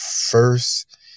first